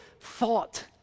thought